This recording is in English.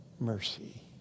mercy